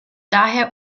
daher